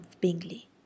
Bingley